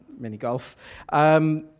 mini-golf